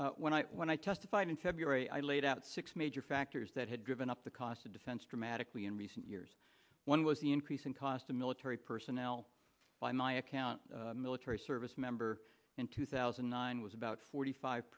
address when i when i testified in february i laid out six major factors that had driven up the cost of defense dramatically in recent years one was the increase in cost of military personnel by my account military service member in two thousand and nine was about forty five